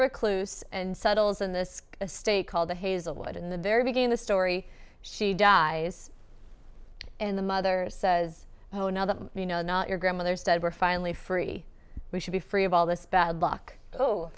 recluse and settles in this state called the hazelwood in the very beginning the story she dies and the mother says oh now that you know your grandmother said we're finally free we should be free of all this bad luck oh